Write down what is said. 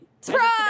Surprise